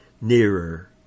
nearer